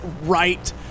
right